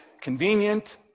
convenient